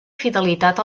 fidelitat